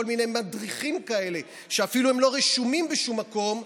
כל מיני מדריכים כאלה שאפילו לא רשומים בשום מקום,